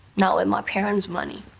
not with my parents' money.